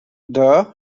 though